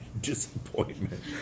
disappointment